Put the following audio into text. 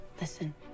listen